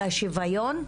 על השוויון,